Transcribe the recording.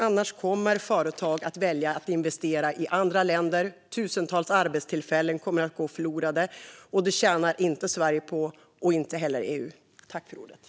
Annars kommer företag att välja att investera i andra länder, och tusentals arbetstillfällen kommer att gå förlorade. Det tjänar inte Sverige på och inte heller EU.